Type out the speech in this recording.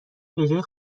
بجای